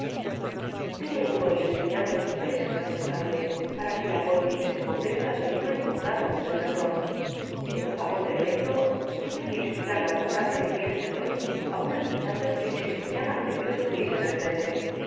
debe uno ir enseñando los papeles á cada instante para que la policía se convenza de que no ha encontrado á un desertor en un vagón del metro tuve que explicar la otra tarde que era español á unas muchachas que se extrañaban de que no estuviese en el frente